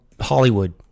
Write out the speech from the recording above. Hollywood